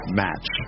match